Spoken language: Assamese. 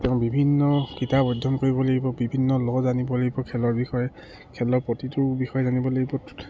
তেওঁ বিভিন্ন কিতাপ অধ্যয়ন কৰিব লাগিব বিভিন্ন ল জানিব লাগিব খেলৰ বিষয়ে খেলৰ প্ৰতিটোৰ বিষয়ে জানিব লাগিব